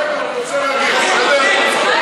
אני רוצה להגיב, בסדר?